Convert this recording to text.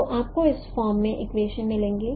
तो आपको इस फॉर्म में इक्वेशन मिलेंगे